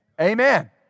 Amen